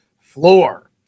floor